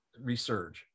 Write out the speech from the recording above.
resurge